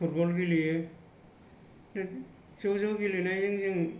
फुटब गेलेयो ज' ज' गेलेनायजों जों